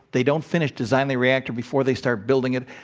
they don't finish designing the reactor before they start building it.